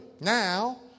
now